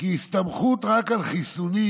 כי הסתמכות רק על חיסונים